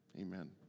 Amen